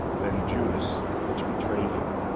then judas, which betrayed him,